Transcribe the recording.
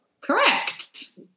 Correct